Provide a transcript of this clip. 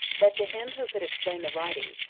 that to him who could explain the writing,